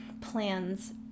plans